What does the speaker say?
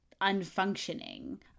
unfunctioning